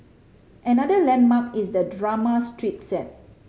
another landmark is the drama street set